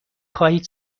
خواهید